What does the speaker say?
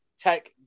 tech